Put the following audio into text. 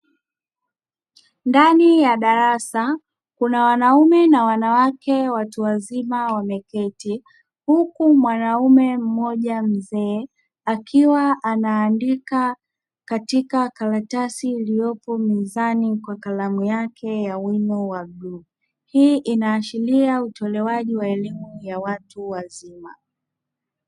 Ndani ya darasa kuna wanaume na wanawake watu wazima wameketi, huku mwanaume mmoja mzee, akiwa anaandika katika karatasi iliyopo mezani kwa kalamu yake ya wino wa bluu, hii inaashiria utolewaji wa elimu ya watu wazima.